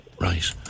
Right